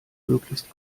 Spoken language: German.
möglichst